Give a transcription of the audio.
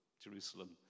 Jerusalem